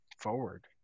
forward